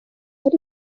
ari